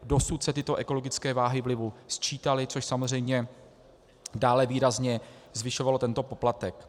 Dosud se tyto ekologické váhy vlivu sčítaly, což samozřejmě dále výrazně zvyšovalo tento poplatek.